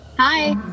Hi